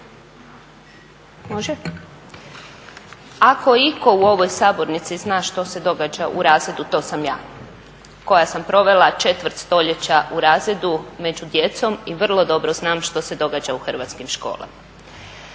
Ako itko u ovoj Sabornici zna što se događa u razredu to sam ja koja sam provela četvrt stoljeća u razredu među djecom i vrlo dobro znam što se događa u hrvatskim školama.